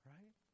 Right